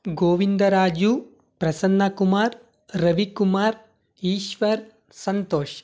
Govindaraju Prasanna Kumar Ravi Kumar Eshwar Santosh